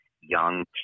young